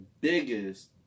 biggest